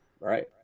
Right